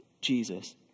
Jesus